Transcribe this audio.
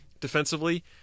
defensively